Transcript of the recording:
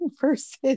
versus